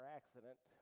accident